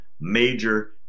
major